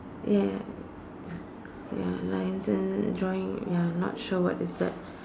ya ya ya lines and drawing ya not sure what is that